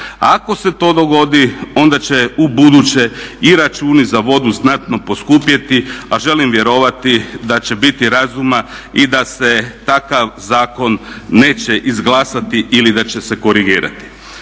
Ako se to dogodi onda će ubuduće i računi za vodu znatno poskupjeti, a želim vjerovati da će biti razuma i da se takav zakon neće izglasati ili da će se korigirati.